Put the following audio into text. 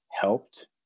helped